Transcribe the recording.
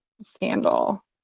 scandal